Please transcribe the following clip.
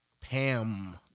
Pam